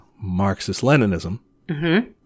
Marxist-Leninism